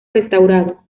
restaurado